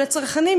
על הצרכנים,